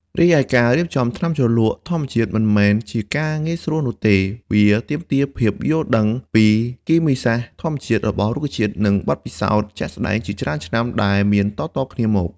រីឯការរៀបចំថ្នាំជ្រលក់ធម្មជាតិមិនមែនជាការងាយស្រួលនោះទេ វាទាមទារភាពយល់ដឹងពីគីមីសាស្ត្រធម្មជាតិរបស់រុក្ខជាតិនិងបទពិសោធន៍ជាក់ស្តែងជាច្រើនឆ្នាំដែលមានតៗគ្នាមក។